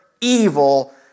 evil